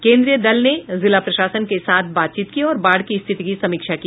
केंद्रीय दल ने जिला प्रशासन के साथ बातचीत की और बाढ़ की स्थिति की समीक्षा की